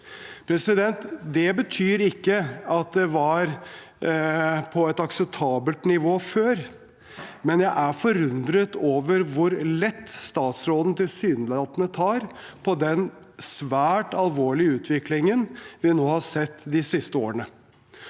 markant.» Det betyr ikke at det var på et akseptabelt nivå før, men jeg er forundret over hvor lett statsråden tilsynelatende tar på den svært alvorlige utviklingen vi nå har sett de siste årene,